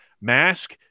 mask